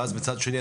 ומצד שני,